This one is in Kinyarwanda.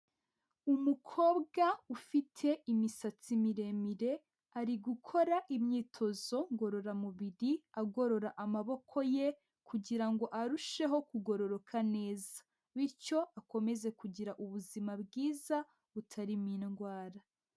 Umukobwa ufite imisatsi miremire ari gukora imyitozo ngororamubiri agorora amaboko ye kugira ngo arusheho kugororoka neza, bityo akomeze kugira ubuzima bwiza butarimo indwara.